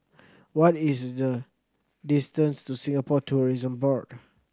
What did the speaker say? what is the distance to Singapore Tourism Board